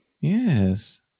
yes